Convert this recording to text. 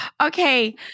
Okay